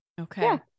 okay